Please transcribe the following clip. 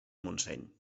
montseny